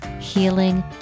healing